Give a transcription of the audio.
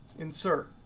insert.